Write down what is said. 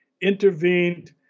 intervened